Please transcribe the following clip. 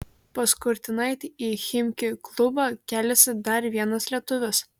pas kurtinaitį į chimki klubą keliasi dar vienas lietuvis